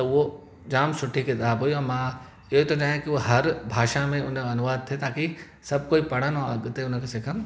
उहो जाम सुठी किताबु हुई ऐं मां इहो थो चाहियां की उहो हर भाषा में हुन जो अनुवाद थिए ताकी सभु कोई पढ़नि ऐं अॻिते हुन खे सिखनि